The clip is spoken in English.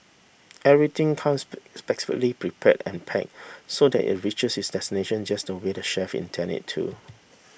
everything comes specially prepared and pack so that it reaches its destination just the way the chefs intend it to